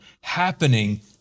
happening